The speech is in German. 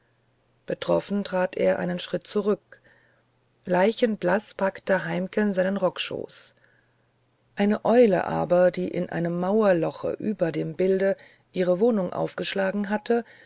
betroffen trat er einen schritt zurück leichenblaß packte heimken seinen rockschoß eine eule aber die in einem mauerloche über dem bilde ihre wohnung aufgeschlagen hatte